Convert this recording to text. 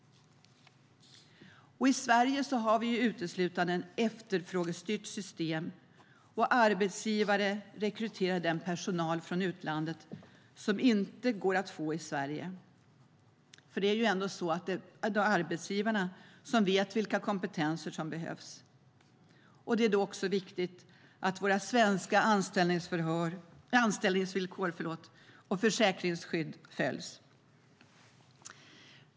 I Sverige har vi uteslutande ett efterfrågestyrt system, och arbetsgivare rekryterar den personal från utlandet som inte går att få i Sverige. För det är ju ändå arbetsgivarna som vet vilka kompetenser som behövs. Det är då också viktigt att våra svenska anställningsvillkor och försäkringsskydd följs.